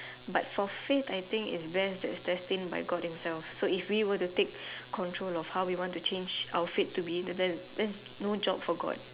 but for fate I think is best that's destined by God himself so if we would to take control of how we want to change our fate to be then there's no job for God